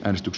äänestys